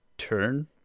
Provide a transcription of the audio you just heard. Turn